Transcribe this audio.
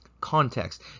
context